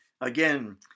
Again